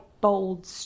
bold